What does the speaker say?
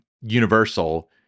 Universal